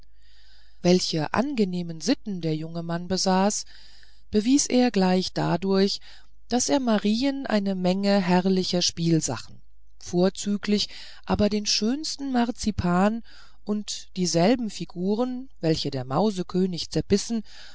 welche angenehme sitten der junge mann besaß bewies er gleich dadurch daß er marien eine menge herrlicher spielsachen vorzüglich aber den schönsten marzipan und dieselben figuren welche der mausekönig zerbissen